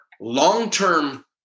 long-term